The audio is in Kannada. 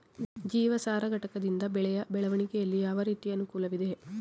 ಜೀವಸಾರ ಘಟಕದಿಂದ ಬೆಳೆಯ ಬೆಳವಣಿಗೆಯಲ್ಲಿ ಯಾವ ರೀತಿಯ ಅನುಕೂಲವಿದೆ?